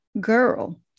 girl